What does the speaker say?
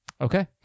Okay